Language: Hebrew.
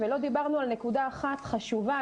ולא דיברנו על נקודה אחת חשובה,